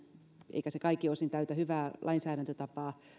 eikä se kaikin osin täytä hyvää lainsäädäntötapaa